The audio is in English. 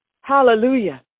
Hallelujah